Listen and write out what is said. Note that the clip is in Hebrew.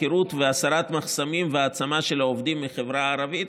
היכרות והסרת מחסומים והעצמה של העובדים מהחברה הערבית,